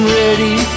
ready